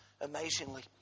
amazingly